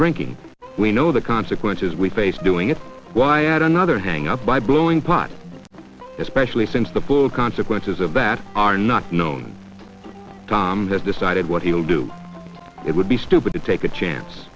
drinking we know the consequences we face doing it why add another hang up by blowing pot especially since the consequences of that are not known as decided what he will do it would be stupid to take a chance